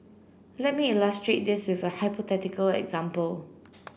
let me illustrate this with a hypothetical example